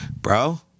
bro